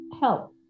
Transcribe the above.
help